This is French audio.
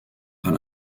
par